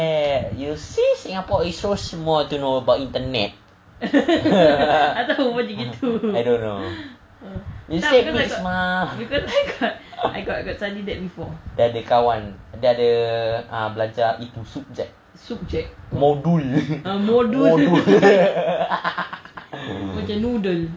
eh you see singapore is so small to know about internet I don't know you say mix mah dia ada kawan dia ada belajar itu subjek modul modul